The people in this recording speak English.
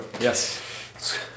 Yes